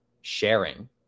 sharing